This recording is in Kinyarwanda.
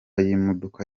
y’imodoka